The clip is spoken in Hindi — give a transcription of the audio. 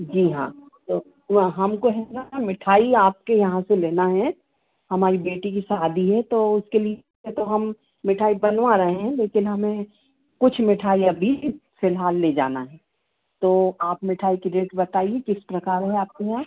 जी हाँ तो वो हमको है ना मिठाई आपके यहाँ से लेना है हमारी बेटी की शादी है तो उसके लिए तो हम मिठाई बनवा रहे हैं लेकिन हमें कुछ मिठाई अभी फ़िलहाल ले जाना है तो आप मिठाई की रेट बताइए किस प्रकार है आपके यहाँ